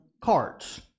cards